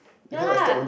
yeah lah